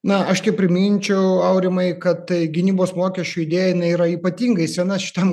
na aš tik priminčiau aurimai kad tai gynybos mokesčių idėja jinai yra ypatingai sena šitam